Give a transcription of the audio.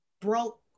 broke